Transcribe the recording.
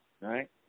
right